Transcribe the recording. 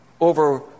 over